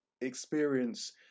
experience